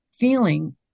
feeling